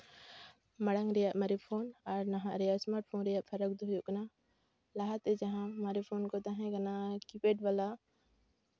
ᱢᱟᱲᱟᱝ ᱨᱮᱭᱟᱜ ᱢᱟᱨᱮ ᱯᱷᱳᱱ ᱟᱨ ᱱᱟᱦᱟᱜ ᱨᱮᱭᱟᱜ ᱥᱢᱟᱨᱴ ᱯᱷᱳᱱ ᱨᱮᱭᱟᱜ ᱯᱷᱟᱨᱟᱠ ᱫᱚ ᱦᱳᱭᱚᱜ ᱠᱟᱱᱟ ᱞᱟᱦᱟᱛᱮ ᱡᱟᱦᱟᱸ ᱢᱟᱨᱮ ᱯᱷᱳᱱ ᱠᱚ ᱛᱟᱦᱮᱸ ᱠᱟᱱᱟ ᱠᱤᱯᱮᱰ ᱵᱟᱞᱟ